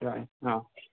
ꯑꯥ